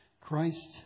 Christ